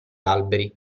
alberi